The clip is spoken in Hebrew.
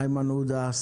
איימן עודה,